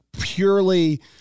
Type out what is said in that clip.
purely